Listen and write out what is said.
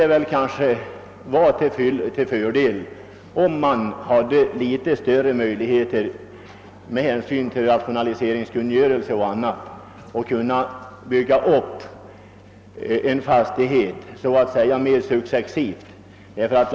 Det skulle kanske vara till fördel, om t.ex. rationaliseringskungörelsen kunde medge något större möjligheter att successivt bygga upp en fastighet.